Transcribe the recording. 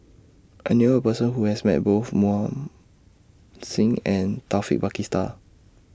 I knew A Person Who has Met Both Mohan Singh and Taufik